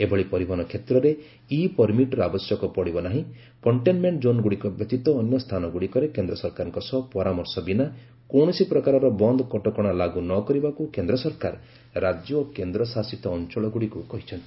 ଏଭଳି ପରିବହନ କ୍ଷେତ୍ରରେ ଇ ପର୍ମିଟ୍ର ଆବଶ୍ୟକ ପଡିବ ନାହିଁ କଣ୍ଟେନମେଣ୍ଟ ଜୋନ୍ଗୁଡ଼ିକ ବ୍ୟତୀତ ଅନ୍ୟ ସ୍ଥାନ ଗୁଡ଼ିକରେ କେନ୍ଦ୍ର ସରକାରଙ୍କ ସହ ପରାମର୍ଶ ବିନା କୌଣସି ପ୍ରକାରର ବନ୍ଦ କଟକଣା ଲାଗୁ ନକରିବାକୁ କେନ୍ଦ୍ର ସରକାର ରାଜ୍ୟ ଓ କେନ୍ଦ୍ରଶାସିତ ଅଞ୍ଚଳଗୁଡ଼ିକୁ କହିଛନ୍ତି